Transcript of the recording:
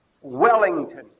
Wellington